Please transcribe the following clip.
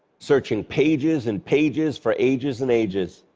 searching pages and pages for ages and ages.